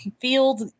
field